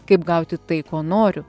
kaip gauti tai ko noriu